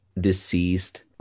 deceased